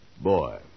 Boy